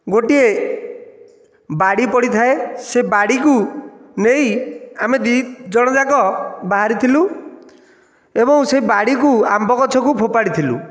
ଗୋଟିଏ ବାଡ଼ି ପଡ଼ିଥାଏ ସେ ବାଡ଼ିକୁ ନେଇ ଆମେ ଦୁଇଜଣ ଯାକ ବାହାରିଥିଲୁ ଏବଂ ସେ ବାଡ଼ିକୁ ଆମ୍ବ ଗଛକୁ ଫୋପାଡ଼ିଥିଲୁ